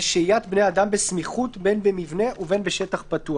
שהיית בני אדם בסמיכות בין במבנה ובין בשטח פתוח.